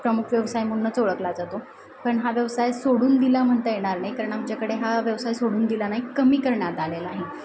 प्रमुख व्यवसाय म्हणूनच ओळखला जातो पण हा व्यवसाय सोडून दिला म्हणता येणार नाही कारण आमच्याकडे हा व्यवसाय सोडून दिला नाही कमी करण्यात आलेला आहे